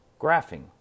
Graphing